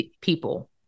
people